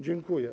Dziękuję.